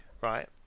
right